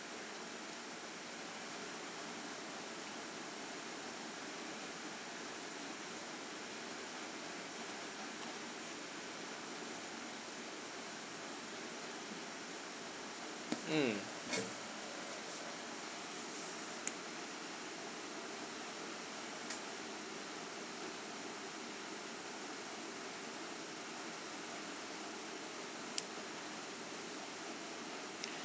mm